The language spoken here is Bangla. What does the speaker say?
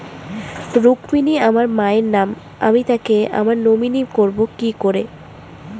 রুক্মিনী আমার মায়ের নাম আমি তাকে আমার নমিনি করবো কি করে?